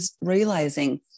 realizing